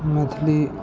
Maithili